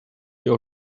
your